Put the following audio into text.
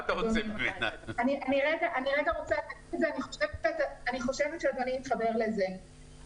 אני חושבת שאדוני יתחבר למה שאני אומר.